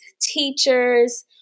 teachers